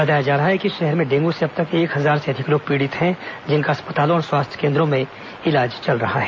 बताया जा रहा है कि शहर में डेंगू से अब तक एक हजार से अधिक लोग पीड़ित है जिनका तीन सौ से ज्यादा अस्पतालों और स्वास्थ्य केन्द्रों में इलाज चल रहा है